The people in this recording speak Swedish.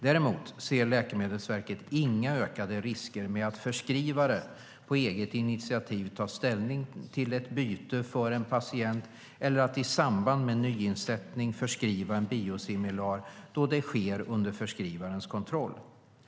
Däremot ser Läkemedelsverket inga ökade risker med att förskrivare på eget initiativ tar ställning till ett byte för en patient eller att denne i samband med nyinsättning förskriver en biosimilar, då det sker under förskrivarens kontroll.